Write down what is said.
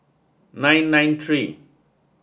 nine nine three